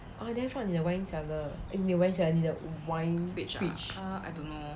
ah therefore 你的 wine cellar eh 你的 wine cellar 你的 wine fridge